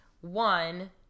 one